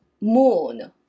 moon